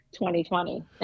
2020